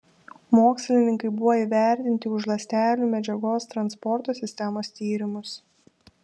mokslininkai buvo įvertinti už ląstelių medžiagos transporto sistemos tyrimus